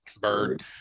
bird